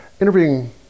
interviewing